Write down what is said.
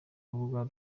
rubuga